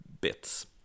bits